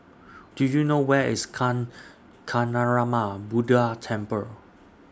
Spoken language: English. Do YOU know Where IS Kancanarama Buddha Temple